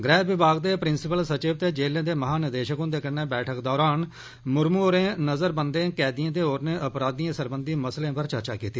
गृह विभाग दे प्रिंसिपल सचिव ते जेलें दे महानिदेशक हन्दे कन्नै बैठक दौरान मुर्मू होरें नज़रबंदें कैदियें ते होरने अपराधियें सरबंधी मसलें पर चर्चा कीती